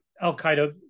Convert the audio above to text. Al-Qaeda